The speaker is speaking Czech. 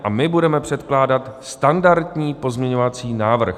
A my budeme předkládat standardní pozměňovací návrh.